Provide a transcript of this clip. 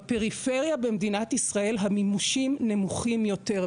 בפריפריה במדינת ישראל המימושים נמוכים יותר,